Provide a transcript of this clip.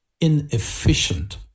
inefficient